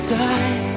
die